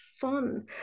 fun